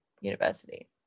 university